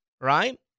right